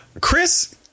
Chris